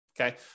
Okay